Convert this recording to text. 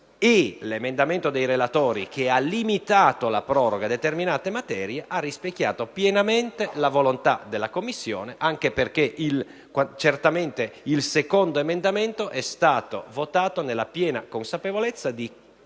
e quello dei relatori, che ha limitato la proroga a determinate materie) ha rispecchiato pienamente la volontà della Commissione. Questo, anche perché certamente il secondo emendamento è stato votato nella piena consapevolezza di